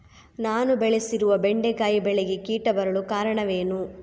ನಾನು ಬೆಳೆಸಿರುವ ಬೆಂಡೆಕಾಯಿ ಬೆಳೆಗೆ ಕೀಟ ಬರಲು ಕಾರಣವೇನು?